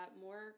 more